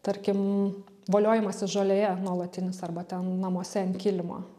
tarkim voliojimasis žolėje nuolatinis arba ten namuose ant kilimo